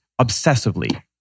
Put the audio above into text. obsessively